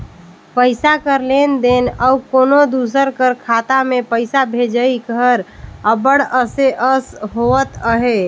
पइसा कर लेन देन अउ कोनो दूसर कर खाता में पइसा भेजई हर अब्बड़ असे अस होवत अहे